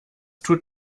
tut